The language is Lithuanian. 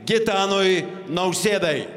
gitanui nausėdai